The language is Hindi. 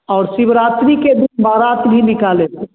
और शिवरात्रि के दिन बारात भी निकाले थे